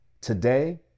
Today